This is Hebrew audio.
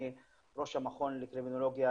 אני ראש המכון לקרימינולוגיה